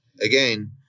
again